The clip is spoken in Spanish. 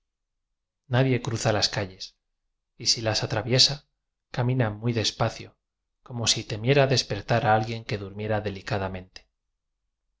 nadie cruza las calles y si las atraviesa camina muy despacio como si temiera despertar a alguien que durmiera delicadamente